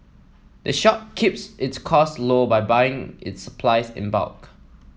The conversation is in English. the shop keeps its costs low by buying its supplies in bulk